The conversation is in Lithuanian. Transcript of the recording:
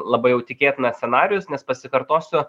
labai jau tikėtinas scenarijus nes pasikartosiu